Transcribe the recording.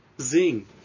Zing